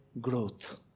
growth